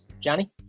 Johnny